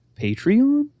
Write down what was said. Patreon